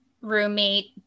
roommate